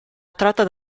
attratta